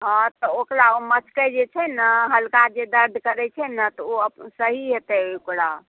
हॅं तऽ ओकरा जे मस्कै जे छै ने हल्का जे दर्द करै छै ने तऽ ओ सही हेतै ओकरा